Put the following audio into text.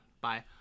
Bye